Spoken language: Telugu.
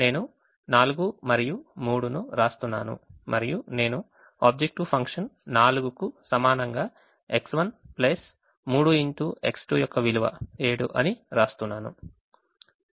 నేను 4 మరియు 3 ను వ్రాస్తున్నాను మరియు నేను ఆబ్జెక్టివ్ ఫంక్షన్ 4 కు సమానంగా X1 3 x X2 యొక్క విలువ 7 అని వ్రాస్తున్నాను